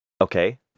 Okay